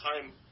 time